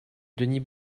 denis